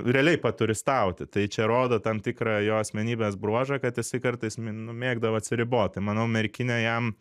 realiai paturistauti tai čia rodo tam tikrą jo asmenybės bruožą kad jisai kartais nu mėgdavo atsiribot tai manau merkinė jam